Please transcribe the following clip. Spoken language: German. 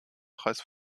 preis